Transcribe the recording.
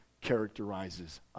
characterizes